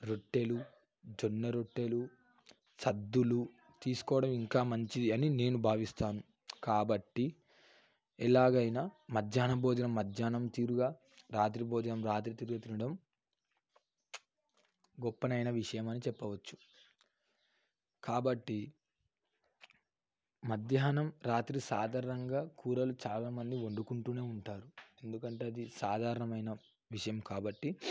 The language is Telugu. రొట్టెలు జొన్న రొట్టెలు సద్దలు తీసుకోవడం ఇంకా మంచిది అని నేను భావిస్తాను కాబట్టి ఎలాగైనా మధ్యాహ్నం భోజనం మధ్యాహ్నం తీరుగా రాత్రి భోజనం రాత్రి తీరుగా తినడం గొప్పదైన విషయం అని చెప్పవచ్చు కాబట్టి మధ్యాహ్నం రాత్రి సాధారణంగా కూరలు చాలామంది పండుకుంటు ఉంటారు ఎందుకంటే అది సాధారణమైన విషయం కాబట్టి